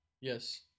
Yes